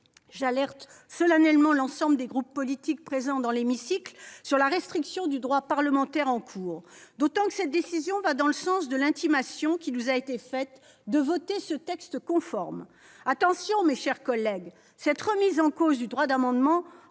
J'alerte solennellement l'ensemble des groupes politiques présents dans l'hémicycle sur la restriction en cours du droit des parlementaires, ... Elle a raison !... d'autant que cette décision va dans le sens de l'intimation qui nous a été signifiée de voter ce texte conforme. Attention, mes chers collègues, cette remise en cause du droit d'amendement